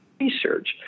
research